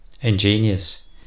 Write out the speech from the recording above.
Ingenious